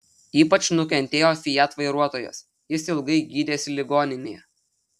ypač nukentėjo fiat vairuotojas jis ilgai gydėsi ligoninėje